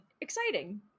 exciting